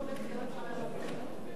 אפשר להחזיר את יהושע בן-ציון לפי זה?